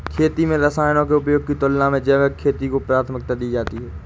खेती में रसायनों के उपयोग की तुलना में जैविक खेती को प्राथमिकता दी जाती है